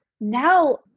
now